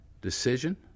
decision